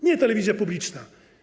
Nie telewizja publiczna.